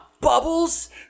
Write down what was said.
bubbles